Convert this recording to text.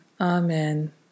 amen